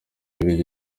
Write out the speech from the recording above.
bibiliya